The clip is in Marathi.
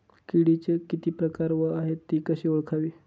किडीचे किती प्रकार आहेत? ति कशी ओळखावी?